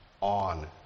on